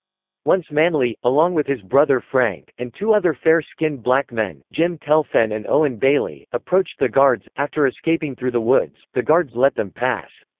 once manly, along with his brother frank, and two other fair-skinned black men, jim telfain and owen bailey, approached the guards, after escaping through the woods, the guards let them pass.